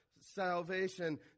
salvation